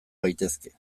gaitezke